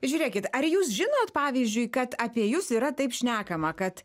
žiūrėkit ar jūs žinot pavyzdžiui kad apie jus yra taip šnekama kad